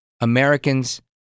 Americans